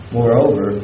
Moreover